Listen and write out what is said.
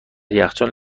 یخچال